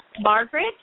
Margaret